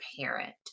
parent